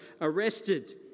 arrested